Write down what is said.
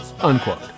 unquote